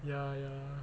ya ya